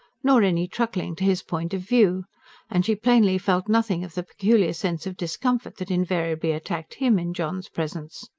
nor any truckling to his point of view and she plainly felt nothing of the peculiar sense of discomfort that invariably attacked him, in john's presence.